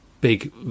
big